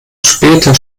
später